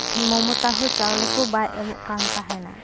ᱢᱚᱢᱚᱛᱟ ᱦᱚᱸ ᱪᱟᱣᱞᱮ ᱠᱚ ᱵᱟᱭ ᱮᱢᱚᱜ ᱠᱟᱱ ᱛᱟᱦᱮᱱᱟ